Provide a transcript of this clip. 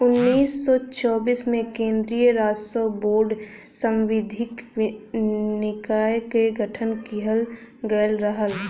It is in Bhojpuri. उन्नीस सौ चौबीस में केन्द्रीय राजस्व बोर्ड सांविधिक निकाय क गठन किहल गयल रहल